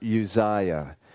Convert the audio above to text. Uzziah